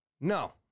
no